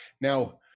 Now